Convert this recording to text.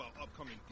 upcoming